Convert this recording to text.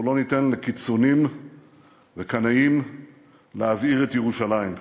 אנחנו לא ניתן לקיצונים ולקנאים להבעיר את ירושלים,